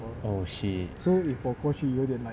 oh shit